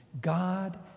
God